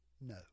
No